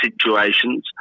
situations